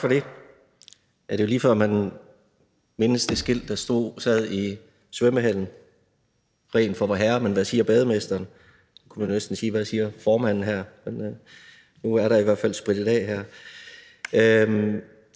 Tak for det. Ja, det er lige før, man mindes det skilt, der sad på væggen i svømmehallen: Ren for Vorherre, men hvad siger bademesteren? Man kunne næsten sige: Hvad siger formanden? Men nu er der i hvert fald sprittet af her.